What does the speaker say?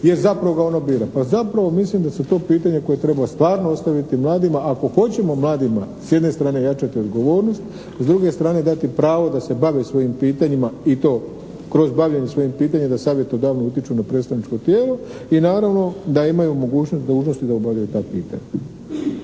jer zapravo ga ono bira. Pa zapravo mislim da su to pitanja koja treba stvarno ostaviti mladima ako hoćemo mladima s jedne strane jačati odgovornost, s druge strane dati pravo da se bave svojim pitanjima i to kroz bavljenje svojim pitanjima da savjetodavno utječu na predstavničko tijelo i naravno da imaju mogućnost i dužnost da obavljaju ta pitanja.